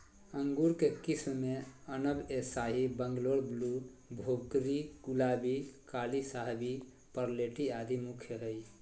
अंगूर के किस्म मे अनब ए शाही, बंगलोर ब्लू, भोकरी, गुलाबी, काली शाहवी, परलेटी आदि मुख्य हई